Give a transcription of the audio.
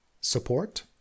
support